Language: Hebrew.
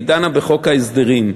היא דנה בחוק ההסדרים.